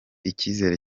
icyizere